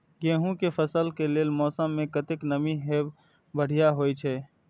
गेंहू के फसल के लेल मौसम में कतेक नमी हैब बढ़िया होए छै?